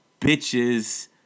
bitches